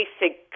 basic